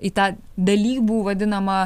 į tą dalybų vadinamą